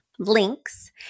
links